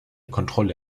kontrolle